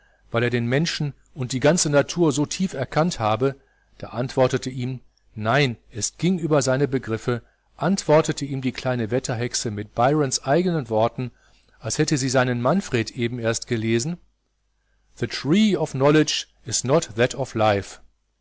weil er den menschen und die ganze natur so tief erkannt habe da antwortete ihm nein es ging über seine begriffe antwortete ihm die kleine wetterhexe mit byrons eigenen worten als hätte sie seinen manfred eben erst gelesen the tree of knowledge is not that of